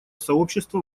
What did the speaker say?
сообщества